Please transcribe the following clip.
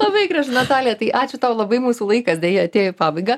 labai gražu natalija tai ačiū tau labai mūsų laikas deja atėjo į pabaigą